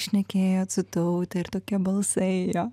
šnekėjot su taute ir tokie balsai jo